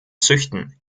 züchten